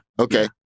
Okay